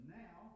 now